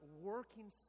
working